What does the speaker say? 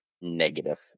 negative